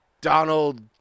Donald